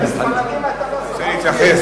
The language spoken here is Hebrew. הוא רוצה להתייחס,